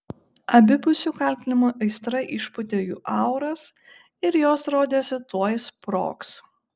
abipusių kaltinimų aistra išpūtė jų auras ir jos rodėsi tuoj sprogs